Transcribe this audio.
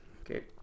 Okay